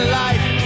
life